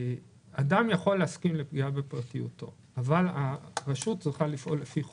אדם יכול להסכים לפגיעה בפרטיותו אבל הרשות צריכה לפעול לפי חוק.